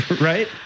Right